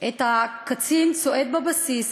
את הקצין צועד בבסיס,